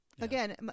again